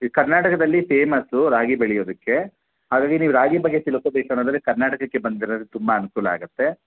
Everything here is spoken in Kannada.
ಈ ಕರ್ನಾಟಕದಲ್ಲಿ ಫೇಮಸ್ಸು ರಾಗಿ ಬೆಳೆಯೋದಕ್ಕೆ ಹಾಗಾಗಿ ನೀವು ರಾಗಿ ಬಗ್ಗೆ ತಿಳ್ಕೊಬೇಕು ಅನ್ನೋದಾದ್ರೆ ಕರ್ನಾಟಕಕ್ಕೆ ಬಂದರೆ ತುಂಬ ಅನುಕೂಲ ಆಗತ್ತೆ